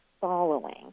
following